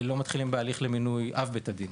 לא נתחיל בהליך של מינוי אב בית הדין.